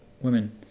Women